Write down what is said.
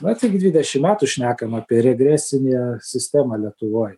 na tik dvidešim metų šnekam apie regresinę sistemą lietuvoj